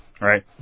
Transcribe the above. right